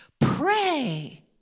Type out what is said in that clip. pray